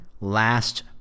last